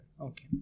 Okay